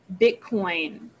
Bitcoin